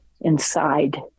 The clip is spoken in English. inside